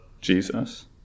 Jesus